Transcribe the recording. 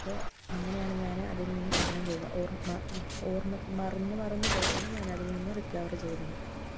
അപ്പോൾ അങ്ങനെയാണ് ഞാന് അതിൽനിന്നും തരണം ചെയ്ത് ഓർമ ഓർമ മറന്നു മറന്നു പോയിട്ടാണ് ഞാനതിൽനിന്നു റിക്കവർ ചെയ്തത്